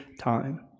time